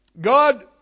God